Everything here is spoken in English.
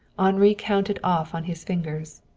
henri counted off on his fingers.